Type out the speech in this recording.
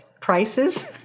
prices